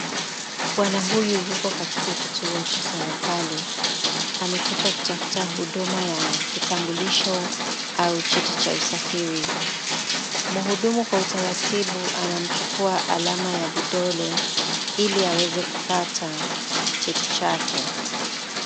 Bwana huyu yuko katika kituo cha serikali. Amekuja kutafuta huduma ya kitambulisho au cheti cha usafiri. Mhudumu kwa utaratibu anamchukua alama ya vidole ili aweze kupata cheti chake.